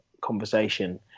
conversation